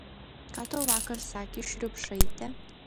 ką tau vakar sakė šriubšaitė